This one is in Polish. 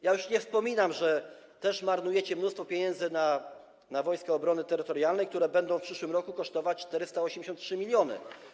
Ja już nie wspominam, że też marnujecie mnóstwo pieniędzy na Wojska Obrony Terytorialnej, które będą w przyszłym roku kosztować 483 mln.